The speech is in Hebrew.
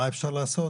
מה אפשר לעשות?